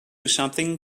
something